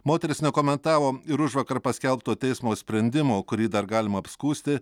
moteris nekomentavo ir užvakar paskelbto teismo sprendimo kurį dar galima apskųsti